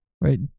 right